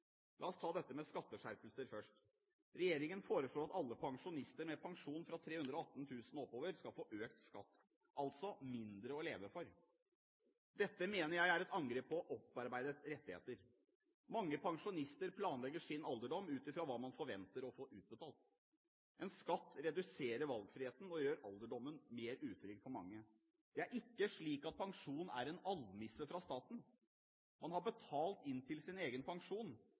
La oss ta dette med skatteskjerpelser først. Regjeringen foreslår at alle pensjonister med pensjon fra 318 000 kr og oppover skal få økt skatt – altså mindre å leve for. Dette mener jeg er et angrep på en opparbeidet rettighet. Mange pensjonister planlegger sin alderdom ut fra hva man forventer å få utbetalt. En økt skatt reduserer valgfriheten og gjør alderdommen mer utrygg for mange. Det er ikke slik at pensjon er en almisse fra staten. Man har betalt inn til sin egen pensjon